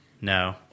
No